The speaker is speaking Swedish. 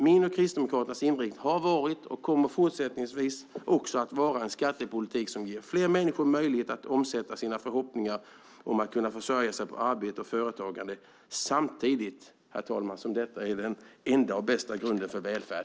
Min och Kristdemokraternas inriktning har varit och kommer också fortsättningsvis att vara en skattepolitik som ger fler människor möjlighet att omsätta sina förhoppningar om att kunna försörja sig på arbete och företagande samtidigt som detta är den enda och bästa grunden för välfärd.